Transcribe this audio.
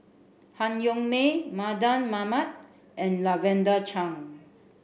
Han Yong May Mardan Mamat and Lavender Chang